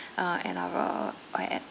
uh and our at